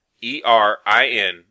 E-R-I-N